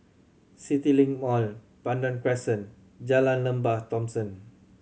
CityLink Mall Pandan Crescent Jalan Lembah Thomson